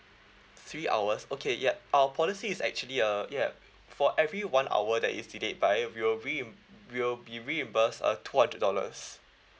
three hours okay ya our policy is actually uh ya for every one hour that is delayed by we will reim~ we will be reimburse a two hundred dollars